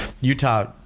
Utah